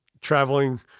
traveling